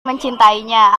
mencintainya